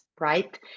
right